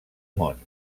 món